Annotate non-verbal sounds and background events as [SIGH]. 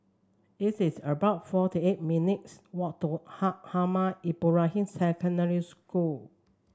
this is about forty eight minutes' walk to [UNINTELLIGIBLE] Ahmad Ibrahim Secondary School